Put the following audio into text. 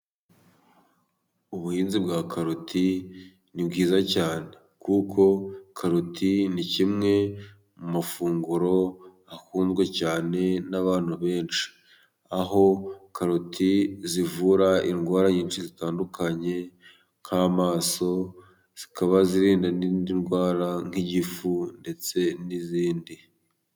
Ubuhinzi bwa karoti ni bwiza cyane ,kuko karoti ni kimwe mu mafunguro akunzwe cyane n'abantu benshi ,aho karoti zivura indwara nyinshi zitandukanye, nk'amaso zikaba zirinda n'indi ndwara nk'igifu ndetse n'izindi.